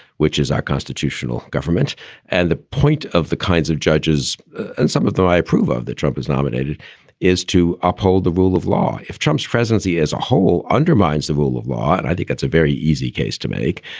which is our constitutional government and the point of the kinds of judges and some of though i approve of that trump is nominated is to uphold the rule of law. trump's presidency as a whole undermines the rule of law, and i think that's a very easy case to make.